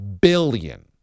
billion